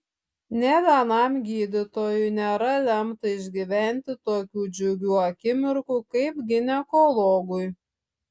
nė vienam gydytojui nėra lemta išgyventi tokių džiugių akimirkų kaip ginekologui